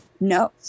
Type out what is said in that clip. No